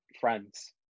friends